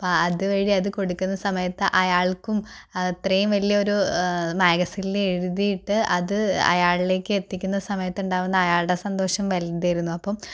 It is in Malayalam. അതുവഴി അത് കൊടുക്കുന്ന സമയത്ത് അയാൾക്കും അത്രയും വലിയൊരു മാഗസിനില് എഴുതിയിട്ട് അത് അയാളിലേക്ക് എത്തിക്കുന്ന സമയത്തുണ്ടാവുന്ന അയാളുടെ സന്തോഷം വലുതായിരുന്നു അപ്പം